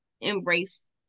embrace